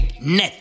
net